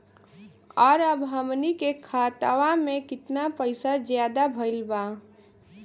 और अब हमनी के खतावा में कितना पैसा ज्यादा भईल बा?